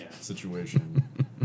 situation